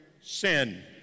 sin